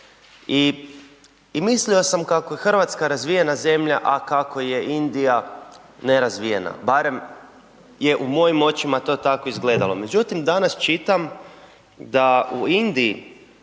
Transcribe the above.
i mislio sam kako je Hrvatska razvijena zemlja, a kako je Indija nerazvijena, barem je u mojim očima to tako izgledalo. Međutim, danas čitam da u Indiji